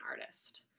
artist